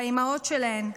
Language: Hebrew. והאימהות שלהם,